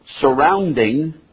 surrounding